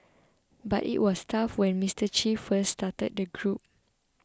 but it was tough when Mister Che first started the group